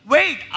Wait